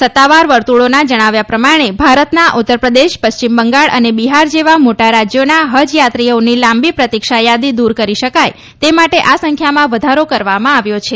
સત્તાવાર વર્તુળે જણાવ્યું છે કે ભારતના ઉત્તર પ્રદેશ પશ્ચિમ બંગાળ અને બિહાર જેવા મોટા રાજયોના હજ યાત્રાઓની લાંબી પ્રતિક્ષા યાદી દુર કરી શકાય તે માટે આ સંખ્યામાં વધારો કરવામાં આવ્યો છે